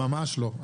ממש לא.